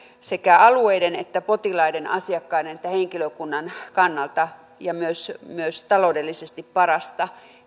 sekä alueiden että potilaiden sekä asiakkaiden että henkilökunnan kannalta ja myös myös taloudellisesti parasta